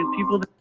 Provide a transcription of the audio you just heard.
people